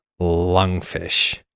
lungfish